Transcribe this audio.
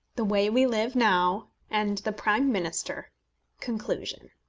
the way we live now and the prime minister conclusion.